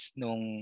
nung